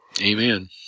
Amen